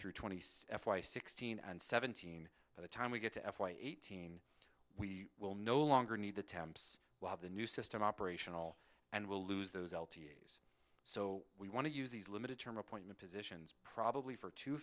f y sixteen and seventeen at the time we get to f y eighteen we will no longer need the temps while the new system operational and we'll lose those l t s so we want to use these limited term appointment positions probably for two